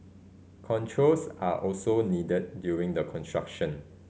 controls are also needed during the construction